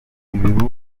ibihuru